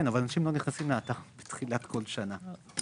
אבל אנשים לא נכנסים לאתר בתחילת כל שנה.